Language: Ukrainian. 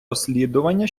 розслідування